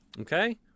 Okay